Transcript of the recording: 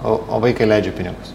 o o vaikai leidžia pinigus